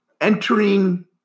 entering